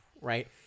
right